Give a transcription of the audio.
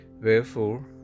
Wherefore